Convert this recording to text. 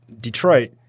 Detroit